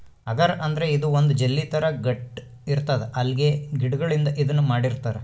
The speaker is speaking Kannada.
ಅಗರ್ ಅಂದ್ರ ಇದು ಒಂದ್ ಜೆಲ್ಲಿ ಥರಾ ಗಟ್ಟ್ ಇರ್ತದ್ ಅಲ್ಗೆ ಗಿಡಗಳಿಂದ್ ಇದನ್ನ್ ಮಾಡಿರ್ತರ್